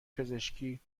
پزشکی